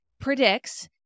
predicts